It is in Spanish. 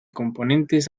componentes